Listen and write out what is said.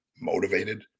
motivated